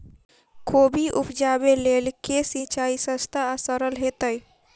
कोबी उपजाबे लेल केँ सिंचाई सस्ता आ सरल हेतइ?